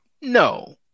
No